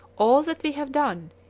all that we have done,